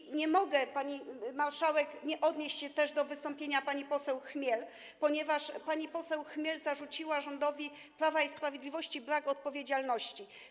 I nie mogę, pani marszałek, nie odnieść się też do wystąpienia pani poseł Chmiel, ponieważ pani poseł Chmiel zarzuciła rządowi Prawa i Sprawiedliwości brak odpowiedzialności.